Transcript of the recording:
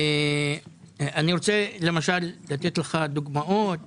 אני רוצה לתת לך דוגמאות